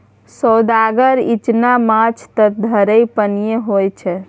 सोअदगर इचना माछ त धारेक पानिमे होए छै